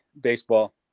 baseball